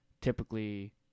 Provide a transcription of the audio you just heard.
typically